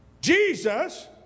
Jesus